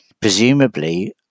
presumably